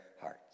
hearts